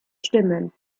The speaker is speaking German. stimmen